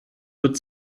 wird